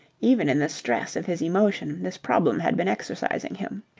even in the stress of his emotion this problem had been exercising him.